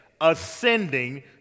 ascending